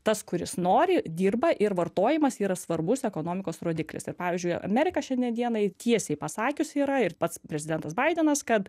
tas kuris nori dirba ir vartojimas yra svarbus ekonomikos rodiklis ir pavyzdžiui amerika šiandien dienai tiesiai pasakius yra ir pats prezidentas baidenas kad